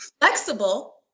Flexible